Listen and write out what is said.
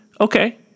Okay